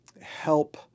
help